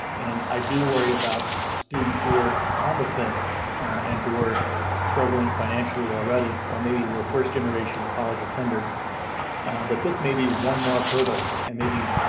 and i do worry about students who are on the fence and who are struggling financially already. or maybe were first generation college attenders that this may be one more hurdle and maybe